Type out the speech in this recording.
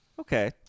Okay